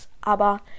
aber